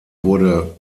wurde